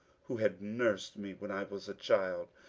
who had nursed me when i was a child,